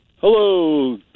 Hello